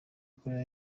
korea